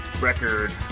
record